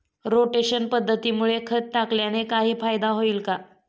Rotation पद्धतीमुळे खत टाकल्याने काही फायदा होईल का?